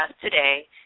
today